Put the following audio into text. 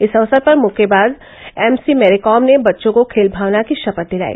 इस अवसर पर मुक्केबाज एम सी मैरीकॉम ने बच्चों को खेल भावना की शपथ दिलाई